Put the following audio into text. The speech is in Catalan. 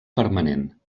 permanent